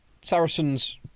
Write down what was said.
Saracens